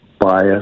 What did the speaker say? bias